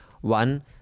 One